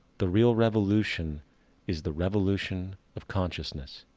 the real revolution is the revolution of consciousness,